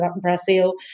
Brazil